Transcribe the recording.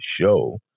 show